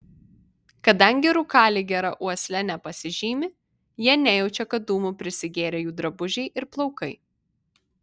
kadangi rūkaliai gera uosle nepasižymi jie nejaučia kad dūmų prisigėrę jų drabužiai ir plaukai